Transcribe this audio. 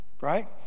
right